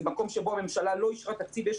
זה מקום שבו הממשלה לא אישרה תקציב.